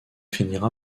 finira